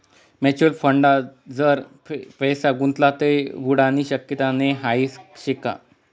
Mutual फंडमा जर पैसा गुताडात ते बुडानी शक्यता नै हाई खरं शेका?